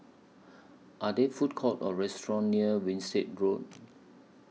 Are There Food Courts Or restaurants near Winstedt Road